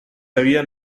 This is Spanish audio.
habían